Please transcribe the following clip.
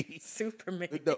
Superman